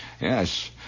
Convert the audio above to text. Yes